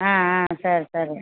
ஆ ஆ சரி சரி